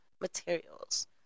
materials